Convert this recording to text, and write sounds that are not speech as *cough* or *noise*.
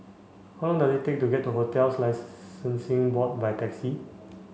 how long does it take to get to Hotels *unintelligible* Board by taxi